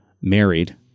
married